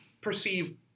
perceive